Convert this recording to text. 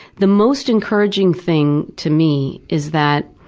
the most encouraging thing to me is that